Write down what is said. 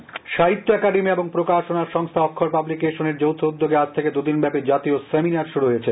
seminar Sahitya Akademi এবং প্রকাশনা সংস্থা অক্ষর পাবলিকেশনের যৌথ উদ্যোগে আজ থেকে দুদিন ব্যাপী জাতীয় সেমিনার শুরু হয়েছে